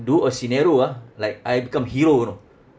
do a scenario ah like I become hero you know